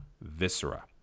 Viscera